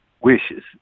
wishes